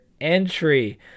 entry